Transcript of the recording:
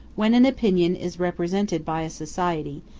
when an opinion is represented by a society,